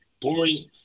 Boring